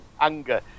anger